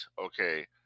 okay